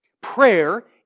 Prayer